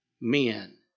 men